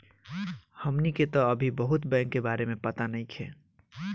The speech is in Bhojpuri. हमनी के तऽ अभी बहुत बैंक के बारे में पाता नइखे